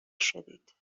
شدید